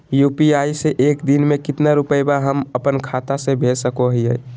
UPI से एक दिन में कितना रुपैया हम अपन खाता से भेज सको हियय?